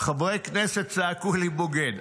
חברי כנסת צעקו לי "בוגד".